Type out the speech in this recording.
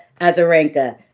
Azarenka